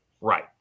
Right